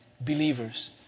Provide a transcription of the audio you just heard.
believers